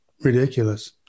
ridiculous